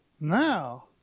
now